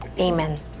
Amen